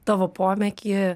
tavo pomėgį